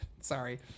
Sorry